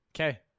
Okay